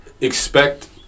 expect